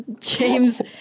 james